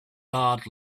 barred